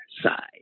side